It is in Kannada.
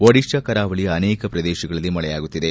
ಓಡಿಶ್ಡಾ ಕರಾವಳಿಯ ಅನೇಕ ಪ್ರದೇಶಗಳಲ್ಲಿ ಮಳೆಯಾಗುತ್ತಿದೆ